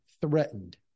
threatened